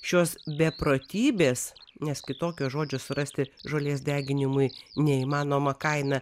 šios beprotybės nes kitokio žodžio surasti žolės deginimui neįmanoma kaina